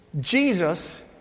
Jesus